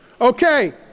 Okay